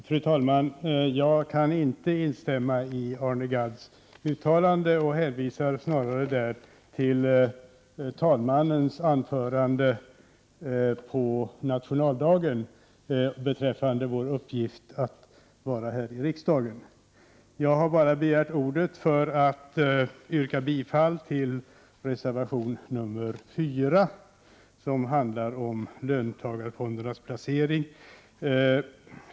Fru talman! Jag kan inte instämma i Arne Gadds uttalande. Jag hänvisar snarare till talmannens anförande på nationaldagen och vad han där sade beträffande vår uppgift här i riksdagen. Jag har begärt ordet för att yrka bifall till reservation nr 4, som handlar om löntagarfondernas placering.